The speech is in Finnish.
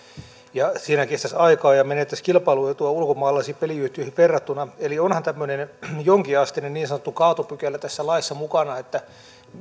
ja siinä kestäisi aikaa ja menetettäisiin kilpailuetua ulkomaalaisiin peliyhtiöihin verrattuna eli onhan tämmöinen jonkinasteinen niin sanottu kaatopykälä tässä laissa mukana että